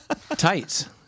tights